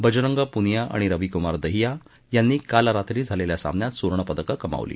बजरंग पूनिया आणि रविकुमार दहिया यांनी काल रात्री झालेल्या सामन्यात सुवर्णपदकं कमावली